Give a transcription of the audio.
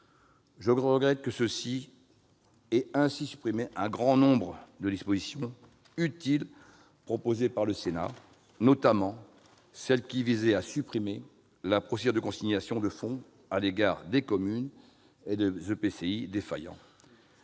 Je regrette ainsi la suppression d'un grand nombre de dispositions, pourtant utiles, proposées par le Sénat, notamment celle qui visait à supprimer la procédure de consignation de fonds à l'égard des communes et des EPCI défaillants,